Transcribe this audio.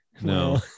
No